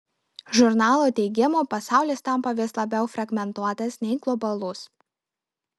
žurnalo teigimu pasaulis tampa vis labiau fragmentuotas nei globalus